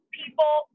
people